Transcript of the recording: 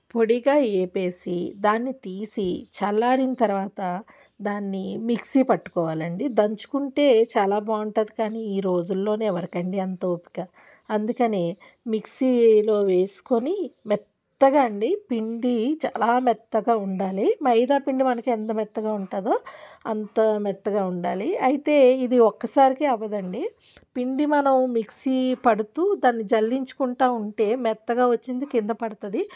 పొడిగా ఏపేసి దాన్ని తీసి చల్లారిన తర్వాత దాన్ని మిక్సీ పట్టుకోవాలండి దంచుకుంటే చాలా బాగుంటది కానీ ఈరోజుల్లోని ఎవరికండి అంత ఓపిక అందుకనే మిక్సీలో వేసుకొని మెత్తగా అండి పిండి చాలా మెత్తగా ఉండాలి మైదాపిండి మనకి ఎంత మెత్తగా ఉంటుందో అంత మెత్తగా ఉండాలి అయితే ఇది ఒక్కసారికే అవ్వదండి పిండి మనం మిక్సీ పడుతూ దాన్ని జల్లించుకుంటా ఉంటే మెత్తగా వచ్చింది కింద పడతది